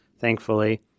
thankfully